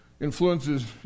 influences